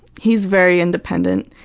he's very independent,